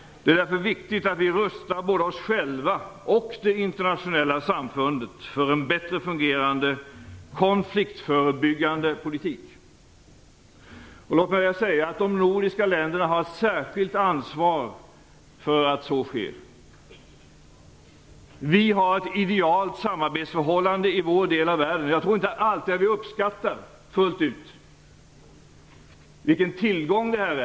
Det är därför viktigt att vi rustar både oss själva och det internationella samfundet för en bättre fungerande konfliktförebyggande politik. De nordiska länderna har ett särskilt stort ansvar för att så sker. Vi har ett idealiskt samarbetsförhållande i vår del av världen, och jag tror att vi inte alltid fullt ut uppskattar vilken tillgång det är.